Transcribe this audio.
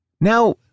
Now